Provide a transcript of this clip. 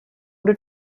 did